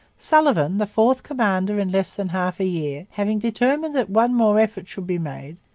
sullivan, the fourth commander in less than half a year, having determined that one more effort should be made,